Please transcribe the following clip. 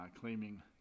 claiming